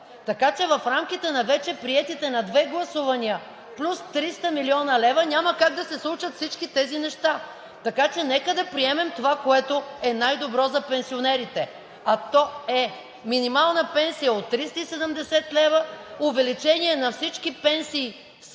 Така че в рамките на вече приетите на две гласувания плюс 300 млн. лв., няма как да се случат всички тези неща, така че нека да приемем това, което е най-добро за пенсионерите, а то е: минимална пенсия от 370 лв., увеличение на всички пенсии с